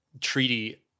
treaty